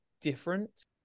different